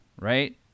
right